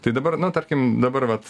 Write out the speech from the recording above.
tai dabar nu tarkim dabar vat